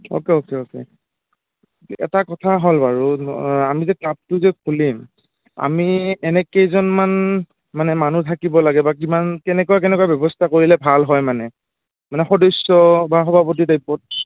okay okay okay এটা কথা হ'ল বাৰু আমি যে ক্লাবটো যে খুলিম আমি এনে কেইজনমান মানে মানুহ থাকিব লাগে বা কিমান কেনেকুৱা কেনেকুৱা ব্যৱস্থা কৰিলে ভাল হয় মানে মানে সদস্য বা সভাপতি টাইপত